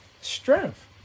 strength